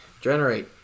Generate